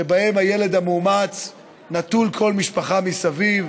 שבהם הילד המאומץ נטול כל משפחה מסביב,